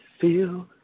feel